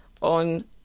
On